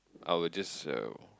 I would just uh